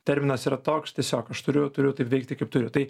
terminas yra toks tiesiog aš turiu turiu taip veikti kaip turiu tai